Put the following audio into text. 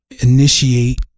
initiate